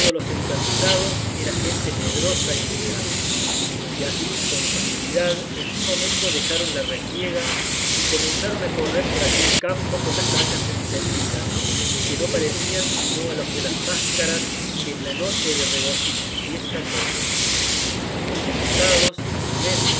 los encamisados era gente medrosa y sin armas y así con facilidad en un momento dejaron la refriega y comenzaron a correr por aquel campo con las hachas encendidas que no parecían sino a los de las máscaras que en noche de regocijo y fiesta corren los enlutados